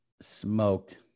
Smoked